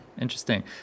Interesting